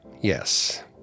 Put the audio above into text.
Yes